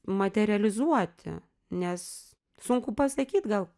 materializuoti nes sunku pasakyt gal